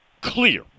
clear